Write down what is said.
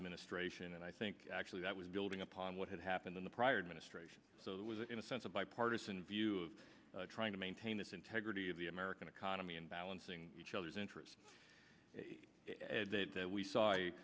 administration and i think actually that was building upon what had happened in the prior administration so that was in a sense a bipartisan view of trying to maintain this integrity of the american economy and balancing each other's interests that we saw a